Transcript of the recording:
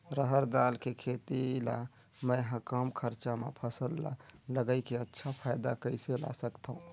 रहर दाल के खेती ला मै ह कम खरचा मा फसल ला लगई के अच्छा फायदा कइसे ला सकथव?